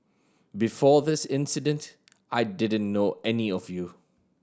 before this incident I didn't know any of you